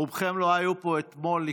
רובכם לא היו פה אתמול,